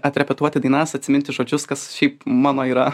atrepetuoti dainas atsiminti žodžius kas šiaip mano yra